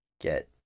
get